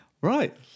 Right